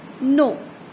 No